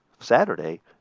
Saturday